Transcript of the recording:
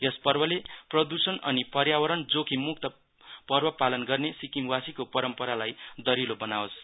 यस पर्वले प्रदुषण अनि पर्यावरण जोखिम मुक्त पर्व पालन गर्ने सिक्किमवासीको परम्परालाई दरिलो बनावस